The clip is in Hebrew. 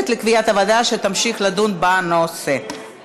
החוקה, חוק ומשפט להכנה לקריאה ראשונה.